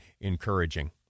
encouraging